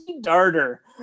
darter